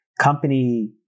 company